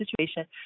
situation